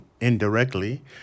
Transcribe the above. indirectly